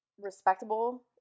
respectable